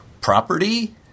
property